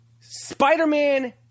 Spider-Man